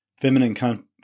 feminine